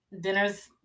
Dinner's